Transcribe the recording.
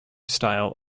style